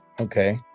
Okay